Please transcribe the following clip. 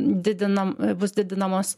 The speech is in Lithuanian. didinam bus didinamos